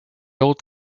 old